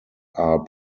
are